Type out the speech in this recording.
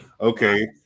Okay